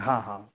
हाँ हाँ